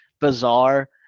bizarre